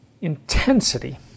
intensity